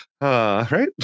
Right